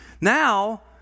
Now